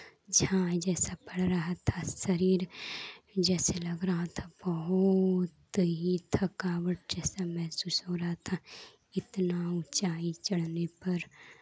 झांय जैसा पड़ रहा था शरीर जैसे लग रहा था बहूत ही थकावट जैसा महसूस हो रहा था इतना ऊंचाई चढ़ने पर